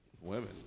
women